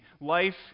life